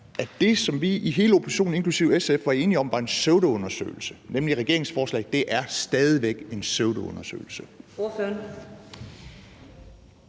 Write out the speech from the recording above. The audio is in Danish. at det, som vi i hele oppositionen, inklusive SF, var enige om var en pseudoundersøgelse, nemlig regeringens forslag, stadig væk er en pseudoundersøgelse.